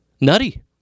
nutty